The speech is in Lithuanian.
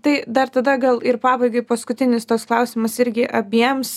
tai dar tada gal ir pabaigai paskutinis toks klausimas irgi abiems